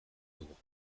dugu